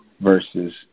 versus